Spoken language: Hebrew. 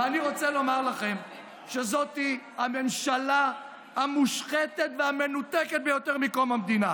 ואני רוצה לומר לכם שזו הממשלה המושחתת והמנותקת ביותר מקום המדינה.